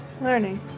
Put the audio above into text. Learning